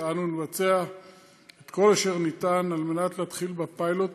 ואנחנו נבצע את כל אשר ניתן על מנת להתחיל בפיילוט